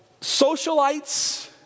socialites